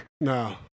No